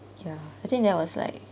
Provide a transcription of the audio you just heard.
ya I think that was like